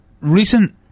recent